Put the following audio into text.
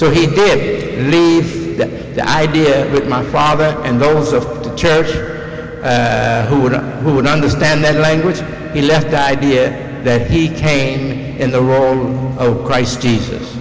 so he did leave the idea with my father and the rules of the church are who would who would understand that language he left that idea that he came in the role of christ jesus